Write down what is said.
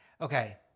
Okay